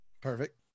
perfect